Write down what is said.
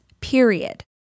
period